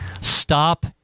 Stop